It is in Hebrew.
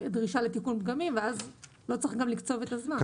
דרישה לתיקון פגמים שאז לא צריך לקצוב את הזמן.